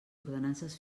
ordenances